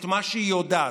את מה שהיא יודעת,